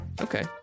Okay